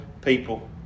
people